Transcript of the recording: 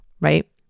right